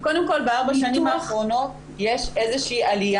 קודם כל בארבע השנים האחרונות יש עלייה,